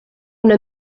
una